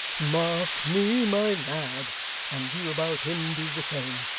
mark me, my lad and you about him do the same.